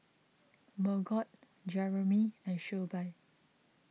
Margot Jeramie and Shelbie